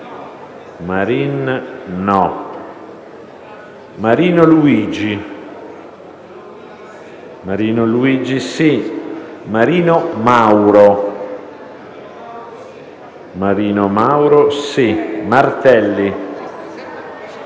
Marinello, Marino Luigi, Marino Mauro, Martini, Mattesini,